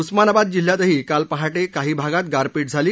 उस्मानाबाद जिल्ह्यातही काल पहा िकाही भागात गारपी िझाली